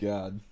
God